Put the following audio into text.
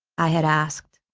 i had asked.